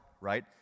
right